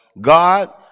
God